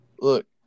Look